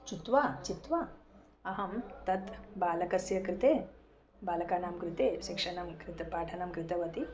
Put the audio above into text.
चित्वा अहं तत् बालकस्य कृते बालकानां कृते शिक्षणं कृत पाठनं कृतवती